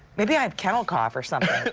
maybe i have kennel cough or so